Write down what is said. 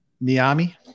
Miami